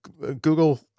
Google